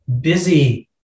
busy